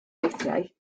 weithiau